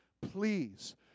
Please